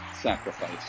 Sacrifice